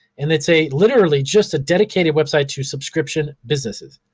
and it's a literally just a dedicated website to subscription businesses.